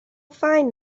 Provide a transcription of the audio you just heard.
fine